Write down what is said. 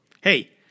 Hey